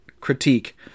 critique